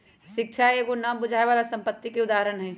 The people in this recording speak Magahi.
शिक्षा एगो न बुझाय बला संपत्ति के उदाहरण हई